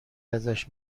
ازش